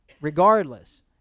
regardless